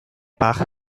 par